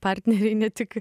partneriai ne tik